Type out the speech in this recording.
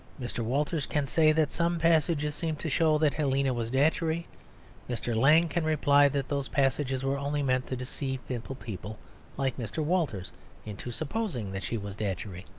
mr. walters can say that some passages seemed to show that helena was datchery mr. lang can reply that those passages were only meant to deceive simple people like mr. walters into supposing that she was datchery.